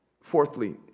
Fourthly